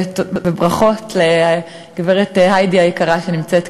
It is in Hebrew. ברכות לגברת היידי היקרה, שנמצאת כאן.